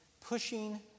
pushing